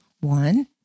One